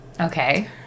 Okay